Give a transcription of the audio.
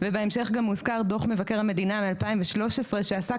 ובהמשך גם מוזכר דו"ח מבקר המדינה מ-2013 שעסק